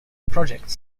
projects